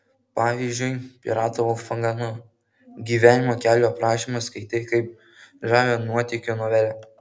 pavyzdžiui pirato volfgango gyvenimo kelio aprašymą skaitai kaip žavią nuotykių novelę